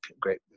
great